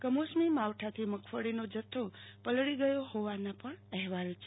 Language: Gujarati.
કમોસમી માવઠાથી મગફળીનો જથ્થો પલળી ગયો હોવાના અહેવાલ છે